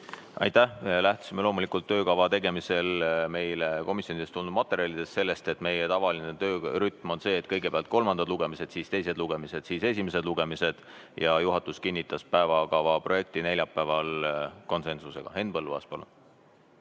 Aitäh! Lähtusime loomulikult töökava tegemisel meile komisjonidest tulnud materjalidest ja sellest, et meie tavaline töörütm on see, et kõigepealt kolmandad lugemised, siis teised lugemised, siis esimesed lugemised. Juhatus kinnitas päevakava projekti neljapäeval konsensusega. Henn Põlluaas, palun!